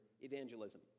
evangelism